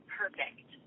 perfect